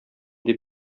дип